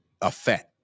effect